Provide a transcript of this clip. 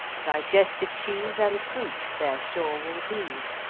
digestive cheese, and fruit there sure will be.